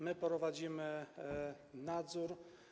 My prowadzimy nadzór.